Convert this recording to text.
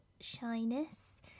shyness